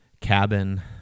cabin